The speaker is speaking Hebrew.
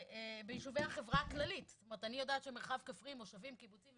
ביישובי החברה הכללית אני יודעת שמרחב כפרי כמו קיבוצים,